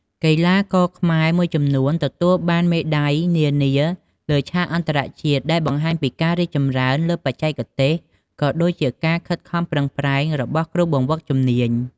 កីឡាករខ្មែរមួយចំនួនទទួលបានមេដាយនានានៅលើឆាកអន្តរជាតិ ដែលបង្ហាញពីការរីកចម្រើនលើបច្ចេកទេស ក៏ដូចជាការខិតខំប្រឹងប្រែងរបស់គ្រូបង្វឹកជំនាញ។